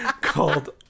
called